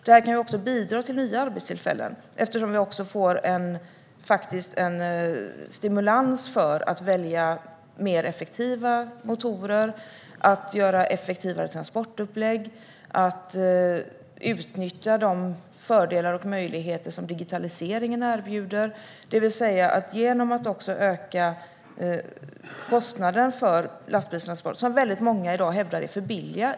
Detta kan även bidra till nya arbetstillfällen eftersom vi faktiskt även får en stimulans att välja mer effektiva motorer, göra effektivare transportupplägg och utnyttja de fördelar och möjligheter som digitaliseringen erbjuder. Genom att öka kostnaden för lastbilstransporter kan man också få en drivkraft för förändring.